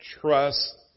trust